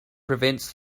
prevents